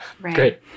Great